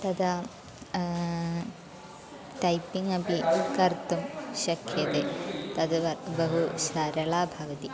तदा टैपिङ्ग् अपि कर्तुं शख्यते तद् कर् बहु सरला भवति